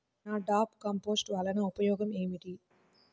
NADEP compost వలన ఉపయోగం ఏమిటి?